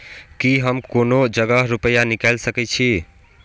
की हम कोनो जगह रूपया निकाल सके छी?